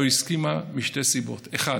לא הסכימה משתי סיבות: אחת,